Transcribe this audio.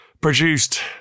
produced